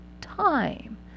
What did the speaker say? time